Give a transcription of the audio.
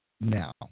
now